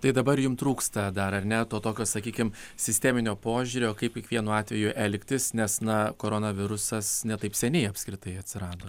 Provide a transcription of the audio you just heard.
tai dabar jum trūksta dar ar ne to tokio sakykim sisteminio požiūrio kaip kiekvienu atveju elgtis nes na koronavirusas ne taip seniai apskritai atsirado